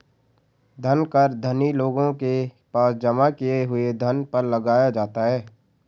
धन कर धनी लोगों के पास जमा किए हुए धन पर लगाया जाता है